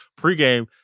pregame